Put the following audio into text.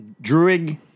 Druid